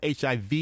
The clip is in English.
HIV